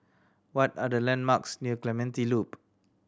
what are the landmarks near Clementi Loop